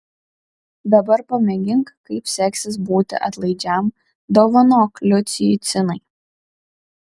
dabar pamėgink kaip seksis būti atlaidžiam dovanok liucijui cinai